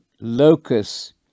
locus